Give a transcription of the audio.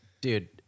dude